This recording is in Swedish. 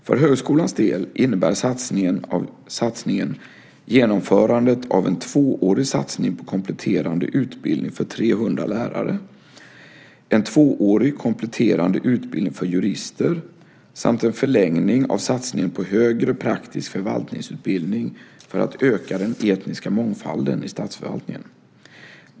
För högskolans del innebär satsningen genomförandet av en tvåårig satsning på kompletterande utbildning för 300 lärare, en tvåårig kompletterande utbildning för jurister samt en förlängning av satsningen på högre praktisk förvaltningsutbildning för att öka den etniska mångfalden i statsförvaltningen.